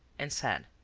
and said